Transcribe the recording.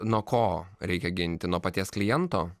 nuo ko reikia ginti nuo paties kliento